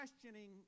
questioning